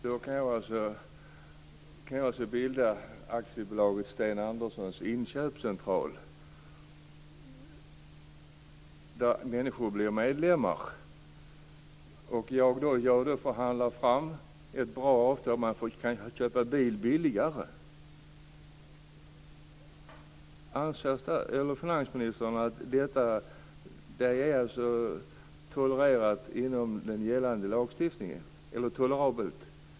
Fru talman! Då kan jag alltså bilda aktiebolaget Sten Anderssons inköpscentral. Människor blir medlemmar, och jag förhandlar fram ett bra avtal. Man får köpa bil billigare. Anser finansministern att det är tolerabelt inom den gällande lagstiftningen?